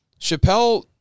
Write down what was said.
Chappelle